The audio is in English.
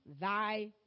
thy